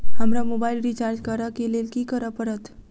हमरा mobile recharge करऽ केँ लेल की करऽ पड़त?